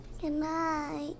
Goodnight